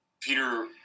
Peter